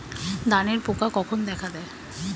ধানের পোকা কখন দেখা দেয়?